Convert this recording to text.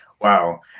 Wow